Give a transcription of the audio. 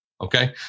Okay